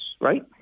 right